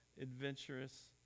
adventurous